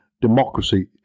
Democracy